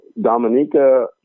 Dominica